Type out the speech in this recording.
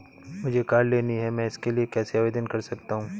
मुझे कार लेनी है मैं इसके लिए कैसे आवेदन कर सकता हूँ?